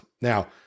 Now